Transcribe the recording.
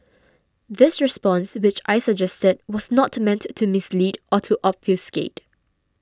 this response which I suggested was not meant to mislead or to obfuscate